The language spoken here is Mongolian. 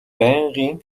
байнгын